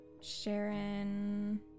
Sharon